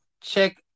check